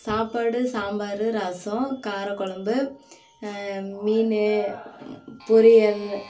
சாப்பாடு சாம்பார் ரசம் காரக்குழம்பு மீன் பொரியல்